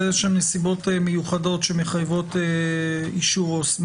זה נסיבות מיוחדות שמחייבות אישור עובד סוציאלי.